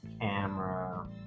camera